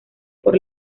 por